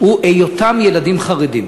הוא היותם ילדים חרדים.